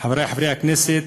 חברי חברי הכנסת,